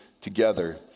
together